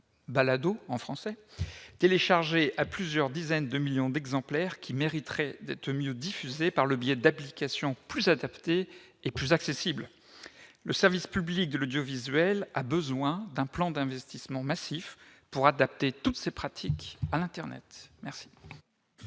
-téléchargés à plusieurs dizaines de millions d'exemplaires qui mériteraient d'être mieux diffusés par le biais d'applications plus adaptées et plus accessibles. Le service public de l'audiovisuel a besoin d'un plan d'investissement massif pour adapter toutes ces pratiques à l'internet. La